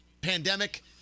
pandemic